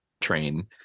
train